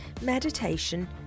Meditation